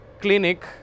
clinic